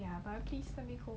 ya but please send me home